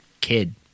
kid